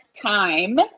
time